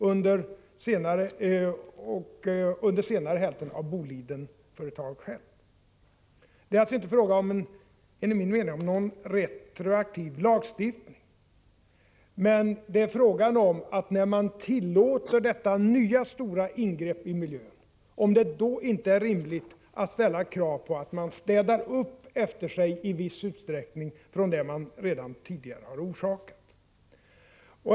Under senare hälften utnyttjades det av Bolidenbolaget. Det är alltså enligt min mening inte fråga om någon retroaktiv lagstiftning. Men när man tillåter det nya stora ingreppet i miljön, är det då inte rimligt att ställa krav på att ett företag städar upp efter sig i viss utsträckning och reparerar skador som det tidigare orsakat?